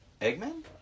Eggman